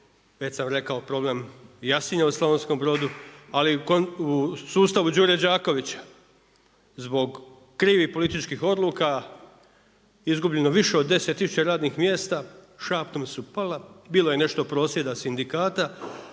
već sam rekao i problem jasina u Slavonskom Brodu, ali u sustavu Đure Đakovića, zbog krivih političkih odluka, izgubljeno je više od 10000 radnih mjesta, šaptom su pala, bilo je nešto prosvjeda sindikata,